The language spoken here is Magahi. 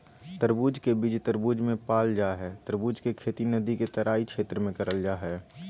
तरबूज के बीज तरबूज मे पाल जा हई तरबूज के खेती नदी के तराई क्षेत्र में करल जा हई